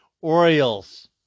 Orioles